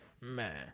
Man